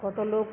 কত লোক